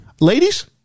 Ladies